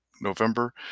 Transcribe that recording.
november